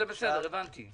זה בסדר, הבנתי.